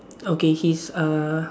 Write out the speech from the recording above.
okay his uh